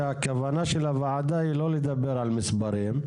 שהכוונה של הוועדה היא לא לדבר על מספרים,